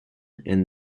and